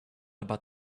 about